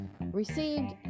received